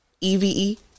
Eve